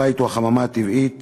הבית הוא החממה הטבעית